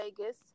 Vegas